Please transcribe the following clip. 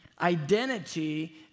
identity